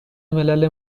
ملل